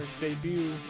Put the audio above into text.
debut